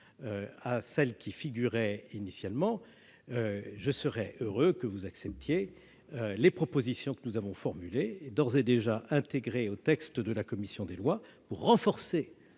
à celles qui y figuraient initialement. Je serais heureux que vous acceptiez les propositions que nous avons formulées et d'ores et déjà intégrées au texte de la commission des lois pour renforcer